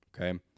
Okay